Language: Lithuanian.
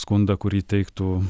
skundą kurį teiktų